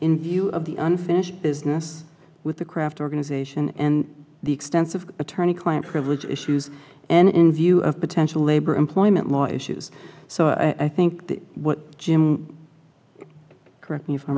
in view of the unfinished business with the craft organization and the extensive attorney client privilege issues and in view of potential labor employment law issues so i think that what jim correct me if i